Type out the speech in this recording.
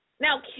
Now